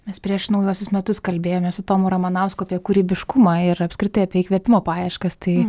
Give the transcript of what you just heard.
mes prieš naujuosius metus kalbėjomės su tomu ramanausku apie kūrybiškumą ir apskritai apie įkvėpimo paieškas tai